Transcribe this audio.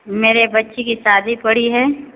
मेरे बच्चे की शादी पड़ी है